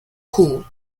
cool